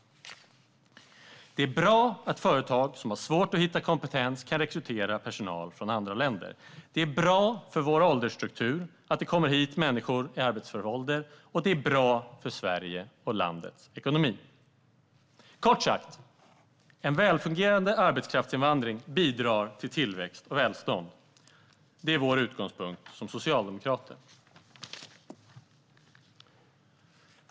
Det är bra att företag som har svårt att hitta kompetens kan rekrytera personal från andra länder. Det är bra för vår åldersstruktur att det kommer hit människor i arbetsför ålder. Och det är bra för Sverige och landets ekonomi. Kort sagt: En välfungerande arbetskraftsinvandring bidrar till tillväxt och välstånd. Det är utgångspunkten för oss socialdemokrater.